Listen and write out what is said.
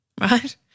right